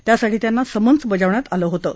यासाठी त्यांना समन्स बजावण्यात आलं होतं